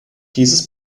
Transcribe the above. dieses